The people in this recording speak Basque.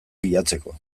bilatzeko